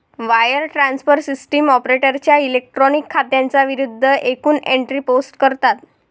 wire transfer system ऑपरेटरच्या electronic खात्यांच्या विरूद्ध एकूण एंट्री पोस्ट करतात